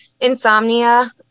insomnia